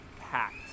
packed